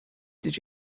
did